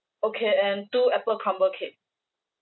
okay and two apple crumble cake